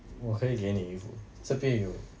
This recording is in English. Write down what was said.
我可以给你衣服这边有